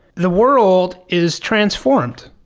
the world is transformed.